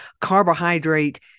carbohydrate